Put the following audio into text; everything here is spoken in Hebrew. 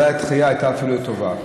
אולי הדחייה הייתה אפילו לטובה.